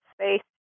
space